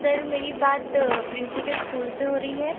sir मेरी बात princi के इस्कूल से हो रही है